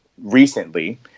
recently